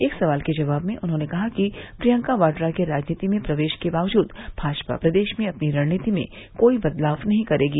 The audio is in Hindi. एक सवाल के जवाब में उन्होंने कहा कि प्रियंका वाड़ा के राजनीति में प्रवेश के बावजूद भाजपा प्रदेश में अपनी रणनीति में कोई बदलाव नहीं करेगी